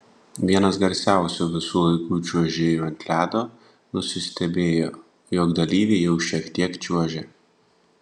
vienas garsiausių visų laikų čiuožėjų ant ledo nusistebėjo jog dalyviai jau šiek tiek čiuožia